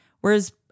whereas